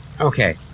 Okay